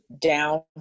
down